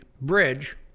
bridge